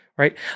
right